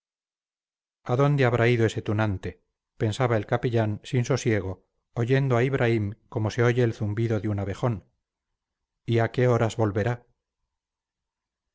a dónde habrá ido ese tunante pensaba el capellán sin sosiego oyendo a ibraim como se oye el zumbido de un abejón y a qué horas volverá